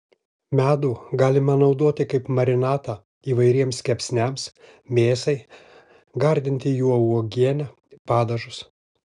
medų galima naudoti kaip marinatą įvairiems kepsniams mėsai gardinti juo uogienę padažus